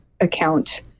account